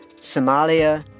Somalia